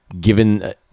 given